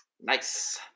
Nice